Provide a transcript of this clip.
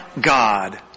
God